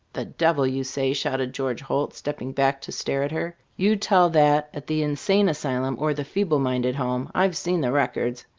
the devil, you say! shouted george holt, stepping back to stare at her. you tell that at the insane asylum or the feeble minded home! i've seen the records!